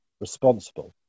responsible